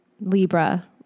Libra